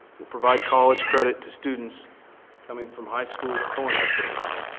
will provide college credit to students coming from high school culinary programs.